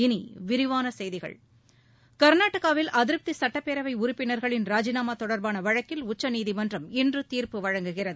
இனிவிரிவானசெய்திகள் கர்நாடகாவில் அதிருப்திசுட்டப்பேரவைஉறுப்பினர்களின் ராஜினாமாதொடர்பானவழக்கில் உச்சநீதிமன்றம் இன்றுதீர்ப்பு வழங்குகிறது